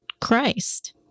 Christ